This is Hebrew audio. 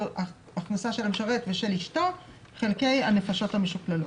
הכנסה שלה משרת ושל אשתו לחלק לנפשות המשוקללות.